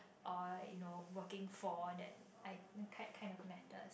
or you know working for that I kind kind of matters